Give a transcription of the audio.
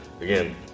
again